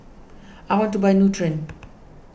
I want to buy Nutren